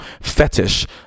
fetish